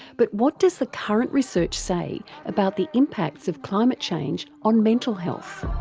but what does the current research say about the impacts of climate change on mental health?